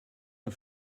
der